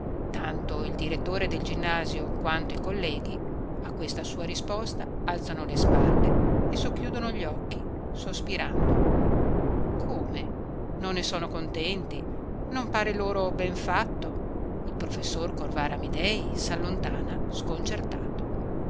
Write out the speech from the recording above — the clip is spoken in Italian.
tanto il direttore del ginnasio quanto i colleghi a questa sua risposta alzano le spalle e socchiudono gli occhi sospirando come non ne sono contenti non pare loro ben fatto il professor corvara amidei sallontana sconcertato